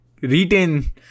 retain